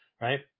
right